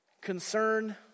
concern